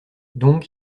donc